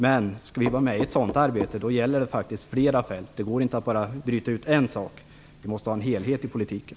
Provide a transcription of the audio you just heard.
Men om vi skall vara med i ett sådant arbete blir det fråga om flera fält. Det går inte att bryta ut en sak. Det måste vara en helhet i politiken.